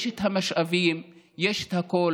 יש את המשאבים, יש את הכול.